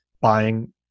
buying